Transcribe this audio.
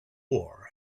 war